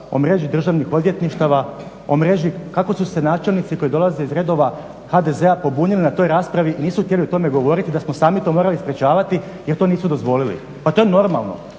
o mreži državnih odvjetništava, o mreži kako su se načelnici koji dolaze iz redova HDZ-a pobunili na toj raspravi i nisu htjeli o tome govoriti, da smo sami to morali sprječavati jer to nisu dozvolili. Pa to je normalno